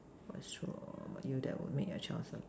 what's true that but that would make your child self